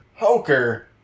Hoker